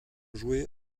joué